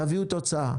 אבל תביאו תוצאה.